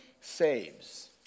saves